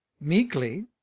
meekly